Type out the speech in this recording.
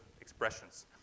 expressions